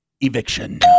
Eviction